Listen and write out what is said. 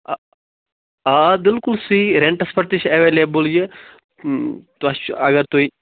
آ آ بِلکُل سُہ یِیہِ رینٹس پٮ۪ٹھ تہِ چھِ ایٚویلیبُل یہِ تۄہہِ چھُ اگر تُہۍ